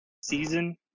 season